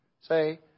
Say